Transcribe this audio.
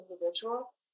individual